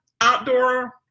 outdoor